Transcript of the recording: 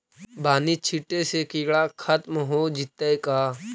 बानि छिटे से किड़ा खत्म हो जितै का?